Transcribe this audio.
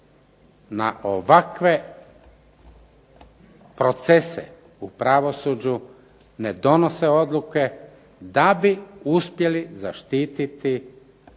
na ovakve procese u pravosuđu ne donose odluke da bi uspjeli zaštititi